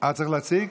צריך להציג.